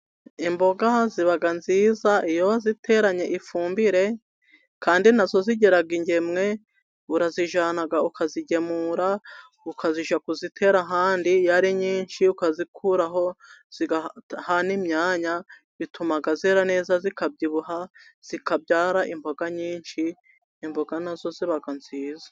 Imboga zibaga nziza iyo ziteranye ifumbire, kandi nazo zigeraga ingemwe urazijyana. ukazigemura, ukazisha kuzitera ahandi yari nyinshi iyo ukazikuraho zigahana imyanya, bituma zera neza zikabyibuha zikabyara imboga nyinshi, imboga nazo ziba nziza.